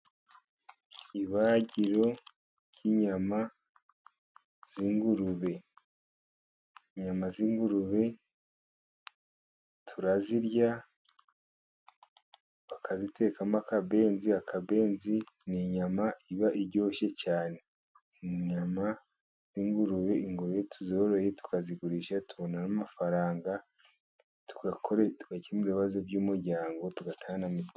Ibagiro ry'inyama z'ingurube inyama z'ingurube turazirya bakazitekamo akabenzi. Akabenzi ni inyama iba iryoshye cyane inyama z'ingurube, ingurube iyo tuzoroye tukazigurisha tubonamo amafaranga tugakora, tugakemura ibibazo by'umuryango tugatanga na mitiweli.